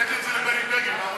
אני הבאתי את זה לבני בגין,